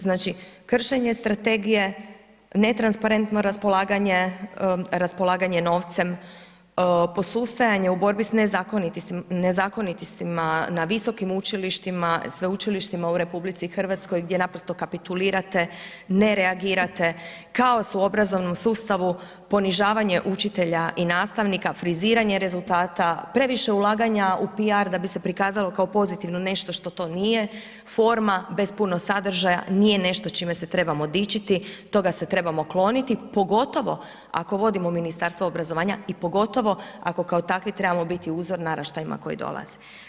Znači, kršenje strategije, netransparentno raspolaganje, raspolaganje novcem, posustajanje u borbi s nezakonitostima na visokim učilištima, sveučilištima u RH gdje naprosto kapitulirate, ne reagirate, kaos u obrazovnom sustavu, ponižavanje učitelja i nastavnika, friziranje rezultata, previše ulaganja u PR da bi se prikazalo kao pozitivno nešto što to nije, forma bez puno sadržaja nije nešto čime se trebamo dičiti, toga se trebamo kloniti, pogotovo ako vodimo Ministarstvo obrazovanja i pogotovo ako kao takvi trebamo biti uzor naraštajima koji dolaze.